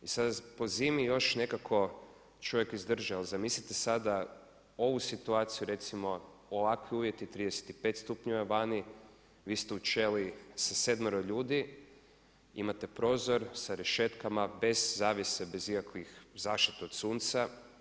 I sad po zimi još nekako čovjek izdrži, a zamislite sada ovu situaciju recimo ovakvi uvjeti, 35 stupnjeva vani, vi ste u ćeliji sa sedmero ljudi, imate prozor sa rešetkama bez zavjese, bez ikakve zaštite od sunca.